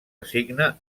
assigna